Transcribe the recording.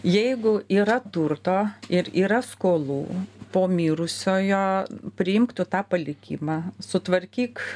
jeigu yra turto ir yra skolų po mirusiojo priimk tu tą palikimą sutvarkyk